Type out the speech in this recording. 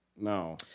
No